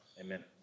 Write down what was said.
amen